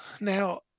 now